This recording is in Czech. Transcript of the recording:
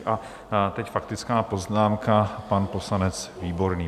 A teď faktická poznámka, pan poslanec Výborný.